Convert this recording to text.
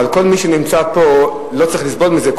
אבל כל מי שנמצא פה לא צריך לסבול מזה,